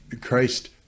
Christ